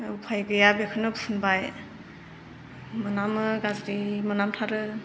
उफाय गैया बेखौनो फुनबाय मोनामो गाज्रि मोनामथारो